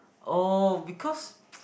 oh because